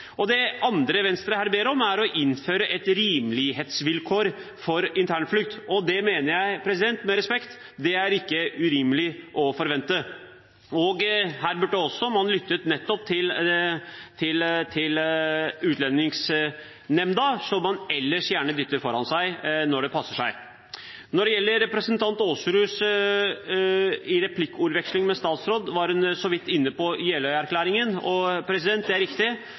Det andre Venstre her ber om, er «innføring av rimelighetsvilkår for internflukt». Det mener jeg med respekt ikke er urimelig å forvente. Her burde man også lyttet til Utlendingsnemnda, som man ellers gjerne dytter foran seg når det passer. Representanten Aasrud var i replikkvekslingen med statsråden så vidt inne på Jeløya-erklæringen. Det er riktig at Venstre er veldig glad for det vi har fått til i Jeløya-erklæringen på det punktet som Aasrud var inne på. Der står det: